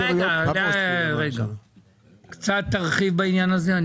רגע, תרחיב קצת בעניין הזה.